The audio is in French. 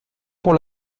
pour